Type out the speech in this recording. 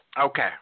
Okay